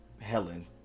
Helen